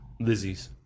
Lizzies